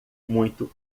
muito